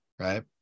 right